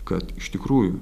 kad iš tikrųjų